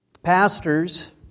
pastors